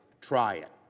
try it.